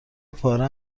پاره